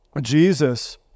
Jesus